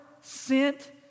sent